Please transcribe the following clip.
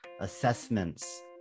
assessments